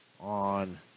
on